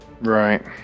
Right